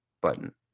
button